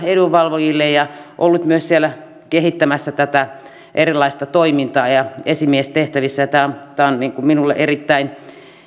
edunvalvojille ja ollut myös siellä kehittämässä tätä erilaista toimintaa ja esimiestehtävissä ja tämä on minulle erittäin